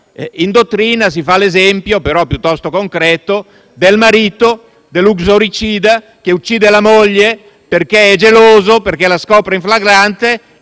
In dottrina si fa l'esempio, piuttosto concreto, del marito uxoricida che uccide la moglie perché è geloso, perché la scopre in flagranza